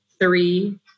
three